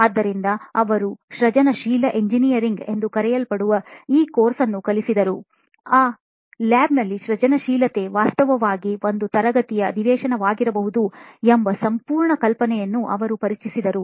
ಆದ್ದರಿಂದ ಅವರು ಸೃಜನಶೀಲ ಎಂಜಿನಿಯರಿಂಗ್ ಎಂದು ಕರೆಯಲ್ಪಡುವ ಈ ಕೋರ್ಸ್ ಅನ್ನು ಕಲಿಸಿದರು ಅ ಲ್ಯಾಬ್ಲ್ಲಿ ಸೃಜನಶೀಲತೆ ವಾಸ್ತವವಾಗಿ ಒಂದು ತರಗತಿಯ ಅಧಿವೇಶನವಾಗಬಹುದು ಎಂಬ ಸಂಪೂರ್ಣ ಕಲ್ಪನೆಯನ್ನು ಅವರು ಪರಿಚಯಿಸಿದರು